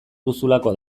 duzulako